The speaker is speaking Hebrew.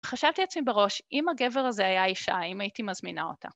חשבתי לעצמי בראש אם הגבר הזה היה אישה, האם הייתי מזמינה אותה.